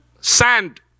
sand